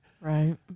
right